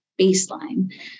baseline